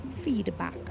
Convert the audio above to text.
feedback